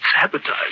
Sabotage